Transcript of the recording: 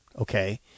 Okay